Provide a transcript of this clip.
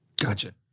Gotcha